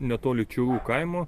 netoli čiūrų kaimo